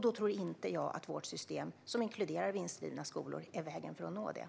Då tror jag inte att vårt system, som inkluderar vinstdrivna skolor, är vägen för att nå detta.